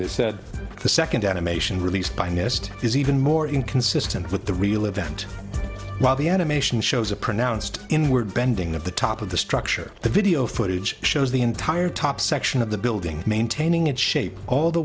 they said the second animation released by nist is even more inconsistent with the real event while the animation shows a pronounced inward bending of the top of the structure the video footage shows the entire top section of the building maintaining its shape all the